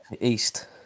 East